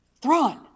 Thrawn